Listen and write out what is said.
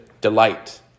delight